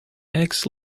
eggs